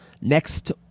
next